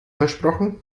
versprochen